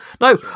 no